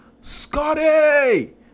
Scotty